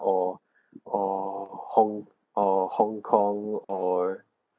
or or hong~ or hong kong or